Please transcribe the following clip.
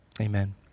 amen